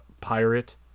pirate